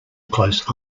close